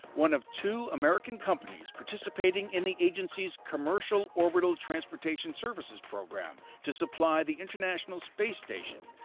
one of two american companies participating in the agency's commercial orbital transportation services program to supply the international space station,